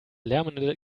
lärmende